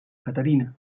caterina